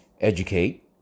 educate